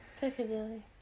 Piccadilly